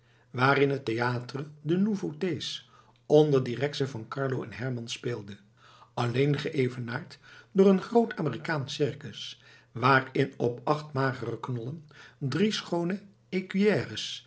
waarin het théatre des nouveautés onder directie van carlo hermans speelde alleen geëvenaard door een groot amerikaansch circus waarin op acht magere knollen drie schoone